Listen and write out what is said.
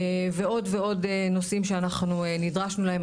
ועוד ועוד נושאים שאנחנו נדרשנו להם.